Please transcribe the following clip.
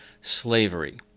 slavery